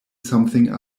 something